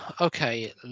Okay